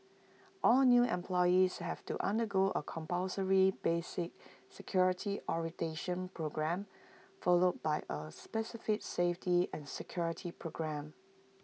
all new employees have to undergo A compulsory basic security orientation programme followed by A specific safety and security programme